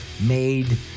made